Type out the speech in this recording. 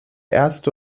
erste